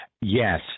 Yes